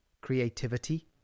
creativity